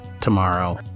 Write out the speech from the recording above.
tomorrow